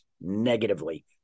negatively